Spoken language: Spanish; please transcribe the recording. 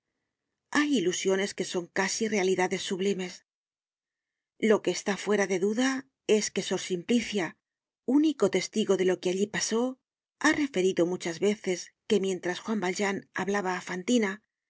hay ilusiones que son casi realidades sublimes lo que está fuera de duda es que sor simplicia único testigo de lo que allí pasó ha referido muchas veces que mientras juan valjean hablaba á fantina